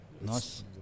Nice